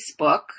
Facebook